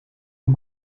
een